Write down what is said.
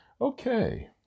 Okay